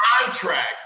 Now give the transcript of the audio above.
contract